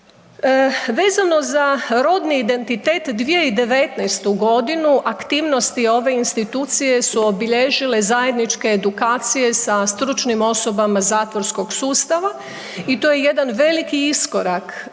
Vezano za rodni identitet 2019. godinu aktivnosti ove institucije su obilježile zajedničke edukacije sa stručnim osobama zatvorskog sustava i to je jedan veliki iskorak